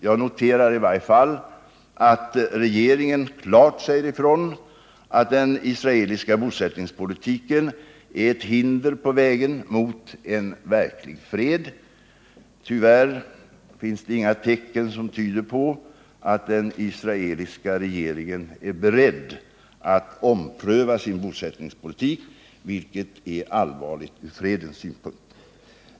Jag noterar i varje fall att regeringen klart säger ifrån att den israeliska bosättningspolitiken är ett hinder på vägen mot en verklig fred. Tyvärr finns det inga tecken som tyder på att den israeliska regeringen är beredd att ompröva sin bosättningspolitik, vilket är allvarligt från fredens synpunkt.